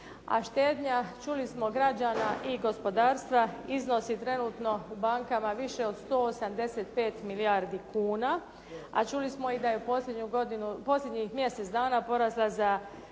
štednja čuli smo građana i gospodarstva iznosi trenutno u bankama više od 185 milijardi kuna, a čuli smo i da je posljednjih mjesec dana porasla za